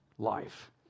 life